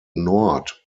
nord